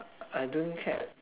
I don't get